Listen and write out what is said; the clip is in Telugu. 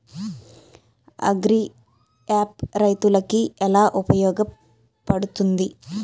అగ్రియాప్ రైతులకి ఏలా ఉపయోగ పడుతుంది?